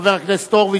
חבר הכנסת הורוביץ,